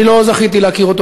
אני לא זכיתי להכיר אותו,